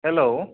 hello